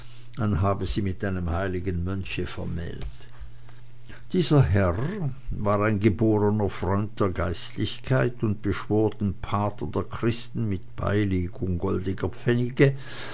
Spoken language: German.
man habe sie mit einem heiligen mönche vermählte dieser herr war ein geborner freund der geistlichkeit und beschwor den vater der christen mit beilegung goldener pfennige